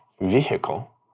vehicle